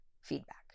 feedback